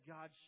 God